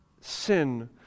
sin